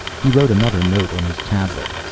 he wrote another note on his tablet.